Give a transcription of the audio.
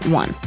one